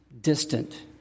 distant